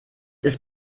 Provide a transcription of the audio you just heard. ist